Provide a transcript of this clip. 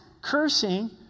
cursing